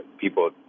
people